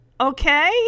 Okay